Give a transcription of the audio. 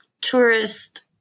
Tourist